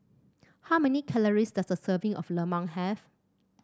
how many calories does a serving of lemang have